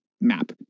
map